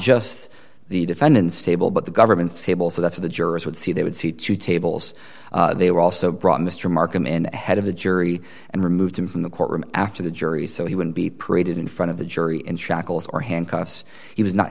just the defendant's table but the government's table so that's of the jurors would see they would see two tables they were also brought mr markham in ahead of the jury and removed them from the courtroom after the jury so he wouldn't be paraded in front of the jury in shackles or handcuffs he was not